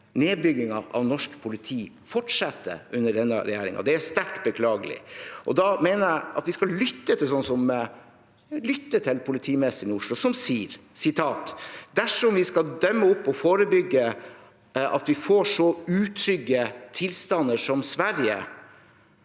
Nedbyggingen av norsk politi fortsetter under denne regjeringen. Det er sterkt beklagelig. Da mener jeg at vi skal lytte til politimesteren i Oslo, som sier at dersom vi skal demme opp for og forebygge at vi får så utrygge tilstander som Sverige,